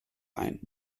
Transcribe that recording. ein